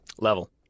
Level